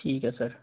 ਠੀਕ ਹੈ ਸਰ